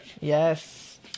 yes